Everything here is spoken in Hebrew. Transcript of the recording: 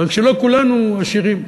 רק שלא כולנו עשירים.